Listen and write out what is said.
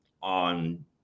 on